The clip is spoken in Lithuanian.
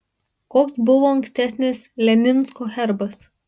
koks buvo ankstesnis leninsko herbas